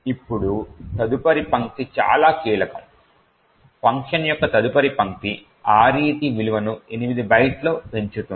ఇప్పుడు తదుపరి పంక్తి చాలా కీలకం ఫంక్షన్ యొక్క తదుపరి పంక్తి RET విలువను 8 బైట్ల పెంచుతుంది